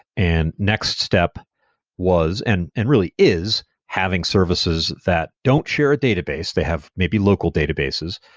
and next step was and and really is having services that don't share a database. they have maybe local databases,